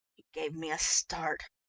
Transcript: gave me a start.